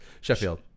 Sheffield